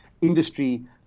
industry